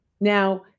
Now